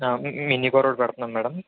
mini car ఒకటి పెడుతున్నాం madam